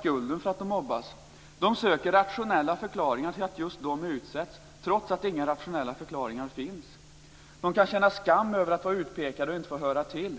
skulden för att de mobbas. De söker rationella förklaringar till att just de utsätts, trots att inga rationella förklaringar finns. De kan känna skam över att vara utpekade och att inte få höra till.